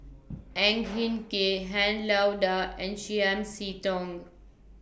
Ang Hin Kee Han Lao DA and Chiam See Tong